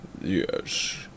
Yes